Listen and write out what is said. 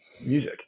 music